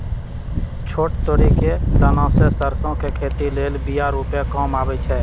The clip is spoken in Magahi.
छोट तोरि कें दना से सरसो के खेती लेल बिया रूपे काम अबइ छै